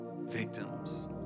victims